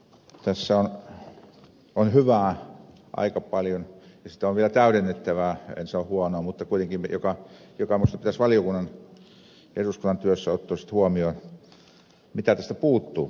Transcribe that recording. tässä on hyvää aika paljon ja sitten on vielä täydennettävää en sano huonoa mutta kuitenkin sellaista mikä minusta pitäisi valiokunnan ja eduskunnan työssä ottaa huomioon ja mitä tästä puuttuu